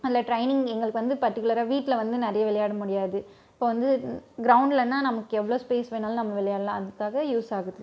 அதில் ட்ரைனிங் எங்களுக்கு வந்து பர்டிகுலராக வீட்டில் வந்து நிறைய விளையாட முடியாது இப்போ வந்து கிரௌண்டில்னா நமக்கு எவ்வளோ ஸ்பேஸ் வேணுணாலும் நாம் விளையாடலாம் அதுக்காக யூஸ் ஆகுது